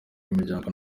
imiryango